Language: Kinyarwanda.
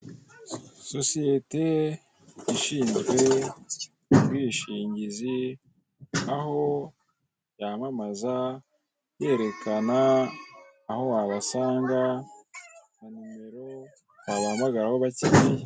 Sosiyete ishinzwe ubwishingizi, aho yamamaza yerekana aho wabasanga na nomero wabahamagaraho ubakeneye.